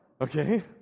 Okay